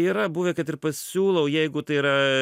yra buvę kad ir pasiūlau jeigu tai yra